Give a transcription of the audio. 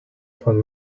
von